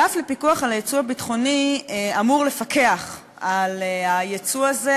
האגף לפיקוח על היצוא ביטחוני אמור לפקח על היצוא הזה,